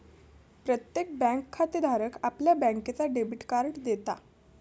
प्रत्येक बँक खातेधाराक आपल्या बँकेचा डेबिट कार्ड देता